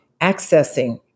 accessing